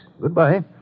Goodbye